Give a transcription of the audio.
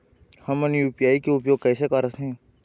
हमन यू.पी.आई के उपयोग कैसे करथें?